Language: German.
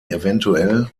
evtl